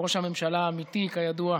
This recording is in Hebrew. ראש הממשלה האמיתי, כידוע,